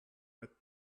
bett